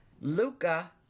Luca